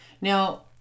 now